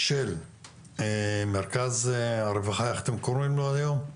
של מרכז הרווחה, איך אתם קוראים לו היום?